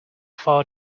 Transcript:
far